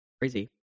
Crazy